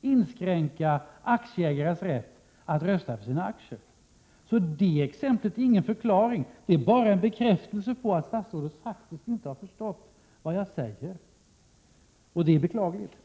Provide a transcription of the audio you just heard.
inskränkt aktieägares rätt att rösta för sina aktier. Så det exemplet är ingen förklaring — det är bara en bekräftelse på att statsrådet faktiskt inte har förstått vad jag säger, och detta är beklagligt.